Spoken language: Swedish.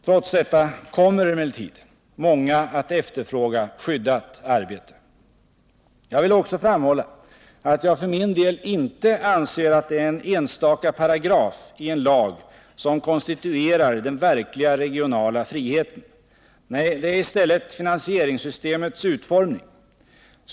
Trots detta kommer emellertid många att efterfråga skyddat arbete. Jag vill också framhålla att jag för min del inte anser att det är en enstaka paragraf i en lag som konstituerar den verkliga regionala friheten. Nej, det är i stället finansieringssystemets utformning.